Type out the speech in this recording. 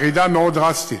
ירידה מאוד דרסטית,